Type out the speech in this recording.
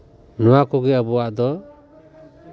ᱱᱚᱶᱟ ᱠᱚᱜᱮ ᱟᱵᱚᱣᱟᱜ ᱫᱚ